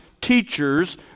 teachers